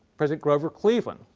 president grover cleveland,